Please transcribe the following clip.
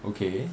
okay